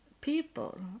people